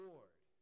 Lord